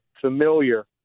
familiar